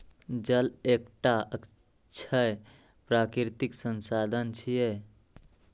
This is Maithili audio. जल एकटा अक्षय प्राकृतिक संसाधन छियै